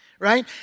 Right